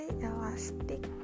elastic